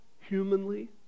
humanly